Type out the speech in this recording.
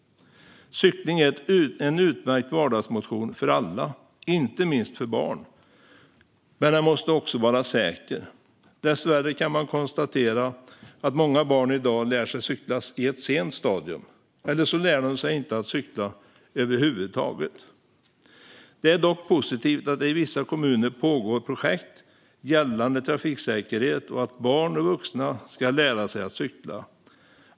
Cykling är en utmärkt vardagsmotion för alla, inte minst för barn, men den måste också vara säker. Dessvärre kan man konstatera att många barn i dag lär sig cykla i ett sent stadium, eller så lär de sig inte att cykla över huvud taget. Det är dock positivt att det i vissa kommuner pågår projekt gällande trafiksäkerhet och att barn och vuxna ska lära sig att cykla.